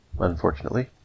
unfortunately